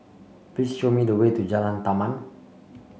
please show me the way to Jalan Taman